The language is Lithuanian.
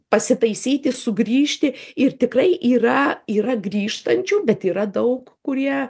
pasitaisyti sugrįžti ir tikrai yra yra grįžtančių bet yra daug kurie